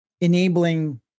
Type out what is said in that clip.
enabling